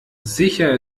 sicher